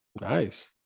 Nice